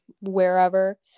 wherever